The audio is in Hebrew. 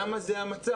למה זה המצב?